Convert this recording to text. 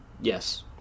yes